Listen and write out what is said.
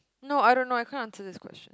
no I don't know I can't answer this question